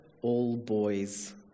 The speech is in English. all-boys